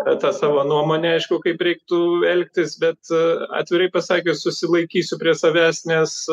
tą savo nuomonę aišku kaip reiktų elgtis bet atvirai pasakius susilaikysiu prie savęs nes